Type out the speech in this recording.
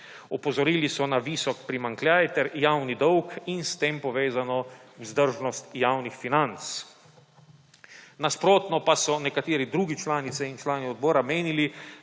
Opozorili so na visok primanjkljaj ter javni dolg in s tem povezano vzdržnost javnih financ. Nasprotno pa so nekateri druge članice in člani odbora menili,